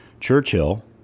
Churchill